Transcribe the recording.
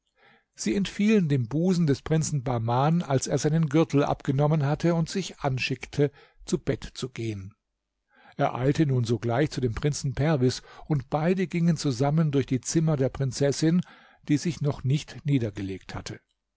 sie entfielen dem busen des prinzen bahman als er seinen gürtel abgenommen hatte und sich anschickte zu bett zu gehen er eilte nun sogleich zu dem prinzen perwis und beide gingen zusammen durch die zimmer der prinzessin die sich noch nicht niedergelegt hatte